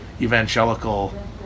evangelical